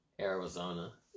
Arizona